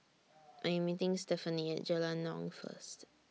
I Am meeting Stefani At Jalan Naung First